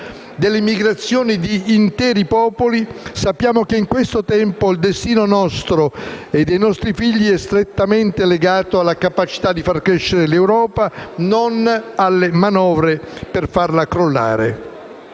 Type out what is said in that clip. delle migrazioni di interi popoli, il destino nostro e dei nostri figli è strettamente legato alla capacità di far crescere l'Europa, non alle manovre per farla crollare.